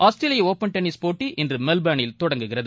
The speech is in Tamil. ஆஸ்திரேலியஒப்பன் டென்னிஸ் போட்டி இன்றுமெல்பேர்னில் தொடங்குகிறது